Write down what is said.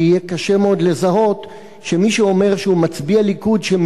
כי יהיה קשה מאוד לזהות שמי שאומר שהוא מצביע ליכוד ושהוא